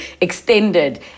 extended